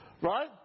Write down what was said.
Right